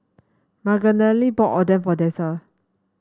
Magdalene bought Oden for Dessa